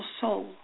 soul